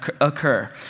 occur